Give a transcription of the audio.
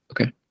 Okay